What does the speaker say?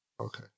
Okay